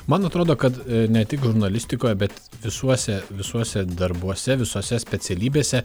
man atrodo kad ne tik žurnalistikoje bet visuose visuose darbuose visose specialybėse